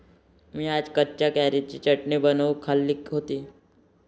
मी आज कच्च्या कैरीची चटणी बनवून खाल्ली होती